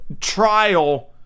trial